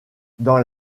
dans